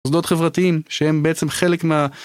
מוסדות חברתיים שהם בעצם חלק מה...